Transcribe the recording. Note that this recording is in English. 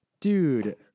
Dude